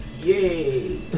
Yay